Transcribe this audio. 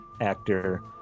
actor